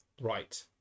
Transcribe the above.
right